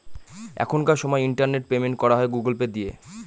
এখনকার সময় internet payment করা হয় গুগুল পে দিয়ে